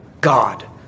God